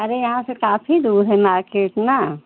अरे यहाँ से काफी दूर है मार्केट ना